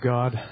God